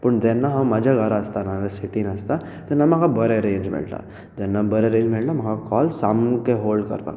पूण जेन्ना हांव म्हज्या घरा आसताना सिटीन आसता तेन्ना म्हाका बरें रेंज मेळटा तेन्ना बंरे रेंज मेळटा म्हाका कॉल सामकें होल्ड करपाक मेळटा